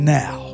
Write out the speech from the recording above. now